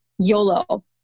Yolo